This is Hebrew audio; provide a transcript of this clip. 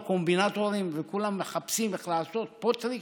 קומבינטורים וכולם מחפשים איך לעשות פה טריק,